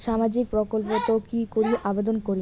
সামাজিক প্রকল্পত কি করি আবেদন করিম?